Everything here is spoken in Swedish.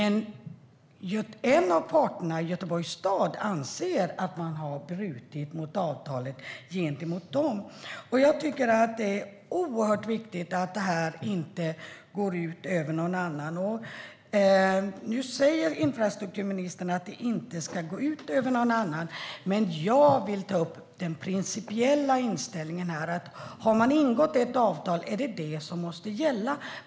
En av parterna, Göteborgs stad, anser dock att man har brutit mot avtalet gentemot Göteborg. Jag tycker att det är viktigt att detta inte går ut över någon annan. Nu säger infrastrukturministern att det inte ska gå ut över någon annan. Jag vill dock ta upp den principiella inställningen, nämligen att har man ingått ett avtal är det det som måste gälla.